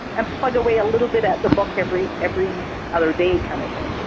and plug away a little bit at the book every every other day kind of thing?